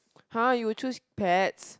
!huh! you would choose pets